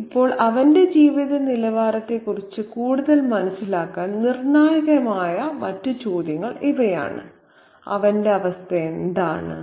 ഇപ്പോൾ അവന്റെ ജീവിതനിലവാരത്തെക്കുറിച്ച് കൂടുതൽ മനസ്സിലാക്കാൻ നിർണായകമായ മറ്റ് ചോദ്യങ്ങൾ ഇവയാണ് അവന്റെ അവസ്ഥ എന്താണ്